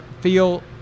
feel